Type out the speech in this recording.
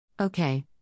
Okay